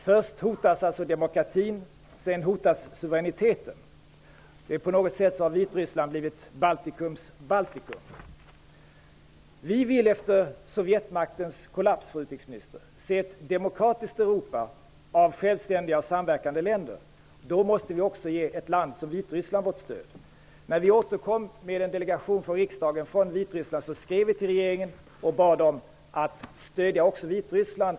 Först hotas demokratin, sedan hotas suveräniteten. På något sätt har Vitryssland blivit Baltikums Baltikum. Fru utrikesminister! Vi vill efter Sovjetmaktens kollaps se ett demokratiskt Europa bestående av självständiga, samverkande länder. Då måste vi också ge ett land som Vitryssland vårt stöd. När vi i en delegation från riksdagen återkom från Vitryssland skrev vi till regeringen och bad dem att stödja Vitryssland.